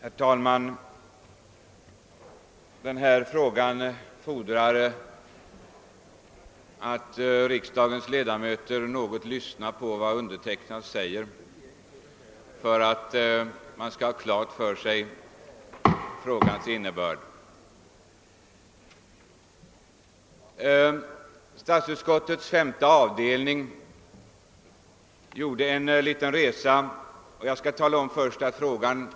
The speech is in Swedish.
Herr talman! För att man skall förstå innebörden av denna fråga fordras att riksdagens ledamöter något lyssnar på vad jag har att säga. Jag vill först deklarera att detta inte är någon stor fråga.